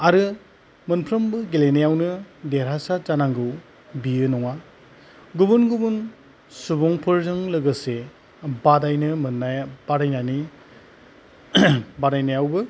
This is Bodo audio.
आरो मोनफ्रोमबो गेलेनायावनो देरहासाद जानांगौ बियो नङा गुबुन गुबुन सुबुंफोरजों लोगोसे बादायनो मोननाया बादायनानै बादायनायावबो